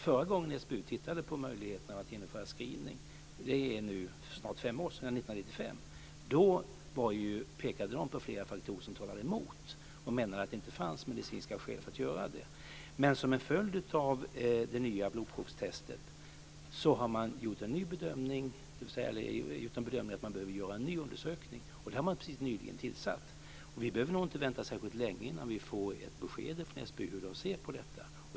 Förra gången SBU tittade på möjligheten av att genomföra screening 1995 - det är nu snart fem år sedan - pekade man på flera faktorer som talade mot det och menade att det inte fanns medicinska skäl att göra det. Men som en följd av det nya blodprovstestet har man gjort den bedömningen att en ny undersökning behöver göras, och det har man precis nyligen inlett. Vi behöver nog inte vänta särskilt länge innan vi får ett besked om hur SBU ser på detta.